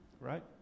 right